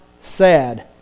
sad